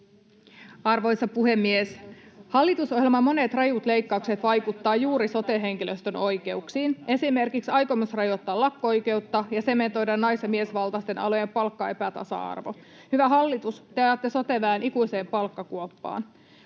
Arvoisa puhemies! Hallitusohjelman monet rajut leikkaukset vaikuttavat juuri sote-henkilöstön oikeuksiin, esimerkiksi aikomus rajoittaa lakko-oikeutta ja sementoida nais- ja miesvaltaisten alojen palkkaepätasa-arvo. Hyvä hallitus, te ajatte sote-väen ikuiseen palkkakuoppaan,